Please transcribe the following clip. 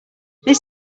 this